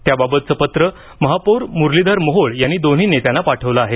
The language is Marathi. त्याबाबतचं पत्र महापौर मुरलीधर मोहोळ यांनी दोन्ही नेत्यांना पाठवलं आहे